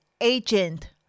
agent